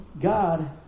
God